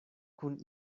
kun